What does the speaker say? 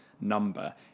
number